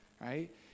right